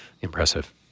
impressive